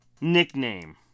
nickname